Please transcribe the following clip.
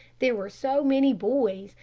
there were so many boys,